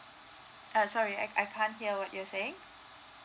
err sorry I I can't hear what you're saying